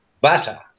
Butter